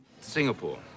singapore